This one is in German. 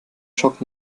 schock